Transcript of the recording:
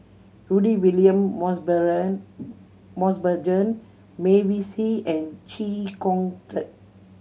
Rudy William Mosbergen Mavis and Chee Kong Tet